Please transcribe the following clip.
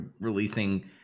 releasing